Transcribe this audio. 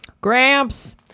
Gramps